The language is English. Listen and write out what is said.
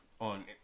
on